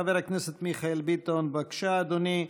חבר הכנסת מיכאל ביטון, בבקשה, אדוני.